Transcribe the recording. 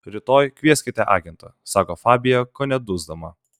rytoj kvieskite agentą sako fabija kone dusdama